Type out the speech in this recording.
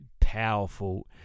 powerful